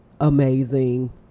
amazing